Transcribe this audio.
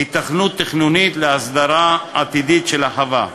היתכנות תכנונית להסדרה עתידית של החווה.